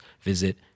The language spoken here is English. visit